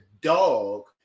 dog